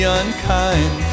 unkind